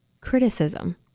Criticism